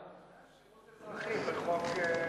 זה היה שירות אזרחי בחוק טל.